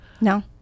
no